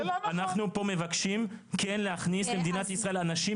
אנחנו פה מבקשים כן להכניס למדינת ישראל אנשים